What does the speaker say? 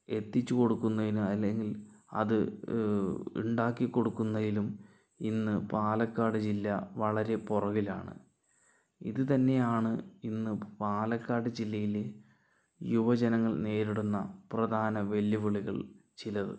എത്തിച്ച് കൊടുക്കുന്നതിൽ അല്ലെങ്കിൽ അത് ഉണ്ടാക്കി കൊടുക്കുന്നതിലും ഇന്ന് പാലക്കാട് ജില്ല വളരെ പുറകിലാണ് ഇത് തന്നെയാണ് ഇന്ന് പാലക്കാട് ജില്ലയിലെ യുവജനങ്ങൾ നേരിടുന്ന പ്രധാന വെല്ലുവിളികളിൽ ചിലത്